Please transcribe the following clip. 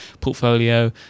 portfolio